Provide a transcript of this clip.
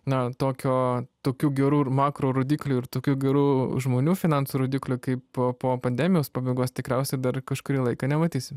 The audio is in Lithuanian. na tokio tokių gerų ir makro rodiklių ir tokių gerų žmonių finansų rodiklių kaip po pandemijos pabaigos tikriausiai dar kažkurį laiką nematysim